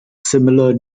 similar